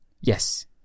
Yes